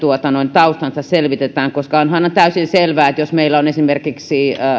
taustansa selvitetään koska onhan täysin selvää että jos meillä on esimerkiksi